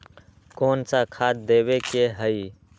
कोन सा खाद देवे के हई?